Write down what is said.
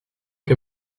que